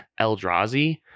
Eldrazi